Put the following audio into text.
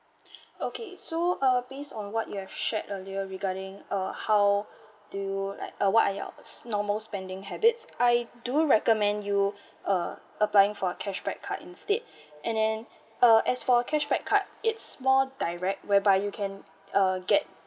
okay so uh base on what you have shared earlier regarding uh how do you like uh what are your s~ normal spending habits I do recommend you uh applying for cashback card instead and then uh as for cashback card it's more direct whereby you can uh get